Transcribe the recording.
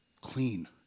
clean